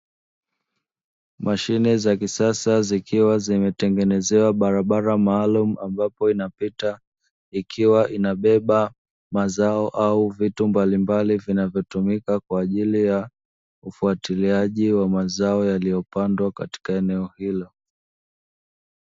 Mashine za kisasa zikiwa zimetengenezewa barabara maalumu ambapo inapita ikiwa imabeba mazao au vitu mbalimbali vinavyotumika kwa ajili ya ufuatiliaji wa mazao yaliyopandwa katika eneo hilo.